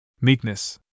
meekness